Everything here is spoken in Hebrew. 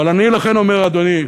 אבל אני, לכן, אומר, אדוני,